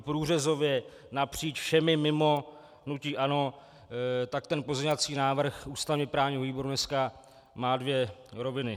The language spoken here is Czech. průřezově napříč všemi mimo hnutí ANO, tak ten pozměňovací návrh ústavněprávního výboru dneska má dvě roviny.